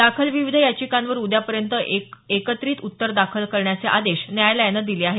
दाखल विविध याचिकांवर उद्यापर्यंत एकत्रित उत्तर दाखल करण्याचे आदेश न्यायालयानं दिले आहेत